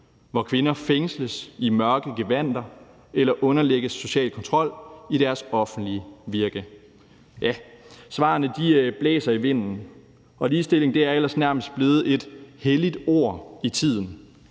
hvor kvinder holdes fanget i mørke gevandter eller underlægges social kontrol i deres offentlige virke? Svarene blæser i vinden, og ligestilling er ellers nærmest blevet et helligt ord i tiden.